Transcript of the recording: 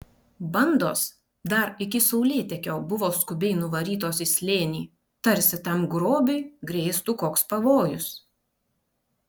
bandos dar iki saulėtekio buvo skubiai nuvarytos į slėnį tarsi tam grobiui grėstų koks pavojus